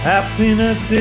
Happiness